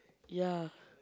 ya